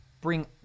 bring